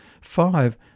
five